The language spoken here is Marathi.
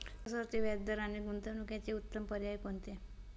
घसरते व्याजदर आणि गुंतवणूक याचे उत्तम पर्याय कोणते?